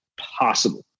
possible